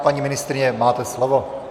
Paní ministryně, máte slovo.